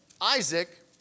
Isaac